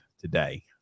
today